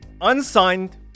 Unsigned